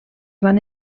van